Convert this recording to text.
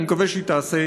אני מקווה שהיא תעשה,